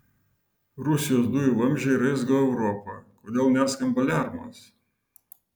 rusijos dujų vamzdžiai raizgo europą kodėl neskamba aliarmas